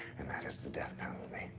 and that is the death penalty.